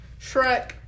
Shrek